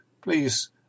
Please